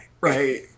right